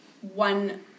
one